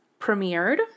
premiered